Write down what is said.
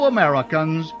Americans